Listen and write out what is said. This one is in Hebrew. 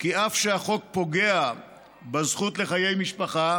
כי אף שהחוק פוגע בזכות לחיי משפחה